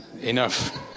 enough